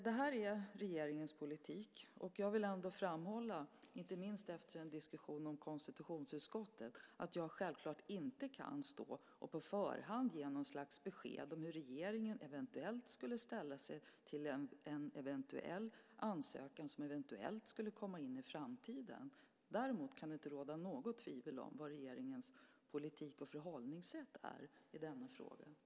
Det är regeringens politik, och jag vill framhålla - inte minst efter en diskussion om konstitutionsutskottet - att jag självklart inte på förhand kan ge besked om hur regeringen eventuellt skulle ställa sig till en eventuell ansökan, en ansökan som eventuellt kan lämnas in i framtiden. Däremot kan det inte råda något tvivel om regeringens politik och förhållningssätt i denna fråga.